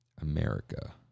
America